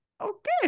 Okay